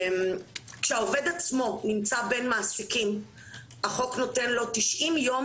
כשהעובד עצמו נמצא בין מעסיקים החוק נותן לו 90 יום